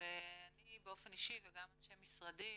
ואני באופן אישי וגם אנשי משרדי,